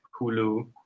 hulu